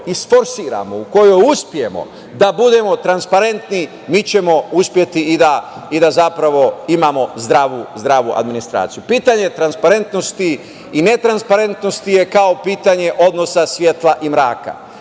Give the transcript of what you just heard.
isforsiramo, u kojoj uspemo da budemo transparentni mi ćemo uspeti i da zapravo imamo zdravu administraciju. Pitanje transparentnosti i ne transparentnosti je kao i pitanje odnosa svetla i mraka.